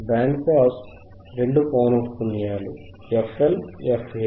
band pass రెండు పౌనఃపున్యాలు FL FH